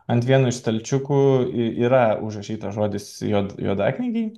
ant vieno iš stalčiukų yra užrašytas žodis juod juodaknygiai